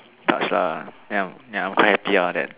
touched lah then I'm then I'm quite happy all that